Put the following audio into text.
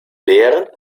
während